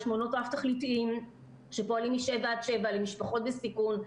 יש מעונות רב-תכליתיים שפועלים משבע עד שבע למשפחות בסיכון,